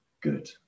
good